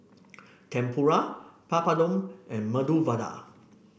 Tempura Papadum and Medu Vada